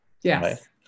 Yes